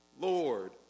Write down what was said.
Lord